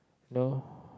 no